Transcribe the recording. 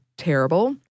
terrible